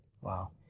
Wow